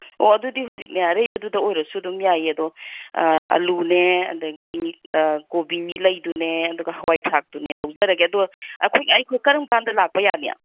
ꯑꯣ ꯑꯗꯨꯗꯤ ꯍꯧꯖꯤꯛꯅꯦ ꯑꯔꯩꯕꯗꯨꯗ ꯑꯣꯏꯔꯁꯨ ꯑꯗꯨꯝ ꯌꯥꯏꯌꯦ ꯑꯗꯣ ꯑꯜꯂꯨꯅꯦ ꯑꯗꯒꯤ ꯀꯣꯕꯤ ꯂꯩꯗꯨꯅꯦ ꯑꯗꯨꯒ ꯍꯋꯥꯏ ꯊ꯭ꯔꯥꯛꯇꯨꯅꯦ ꯂꯧꯖꯔꯒꯦ ꯑꯗꯣ ꯑꯩꯈꯣꯏ ꯑꯩꯈꯣꯏ ꯀꯔꯝꯀꯥꯟꯗ ꯂꯥꯛꯄ ꯌꯥꯅꯤ